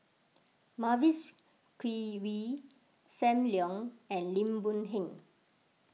Mavis Khoo Oei Sam Leong and Lim Boon Heng